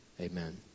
Amen